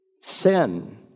Sin